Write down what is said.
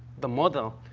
the model,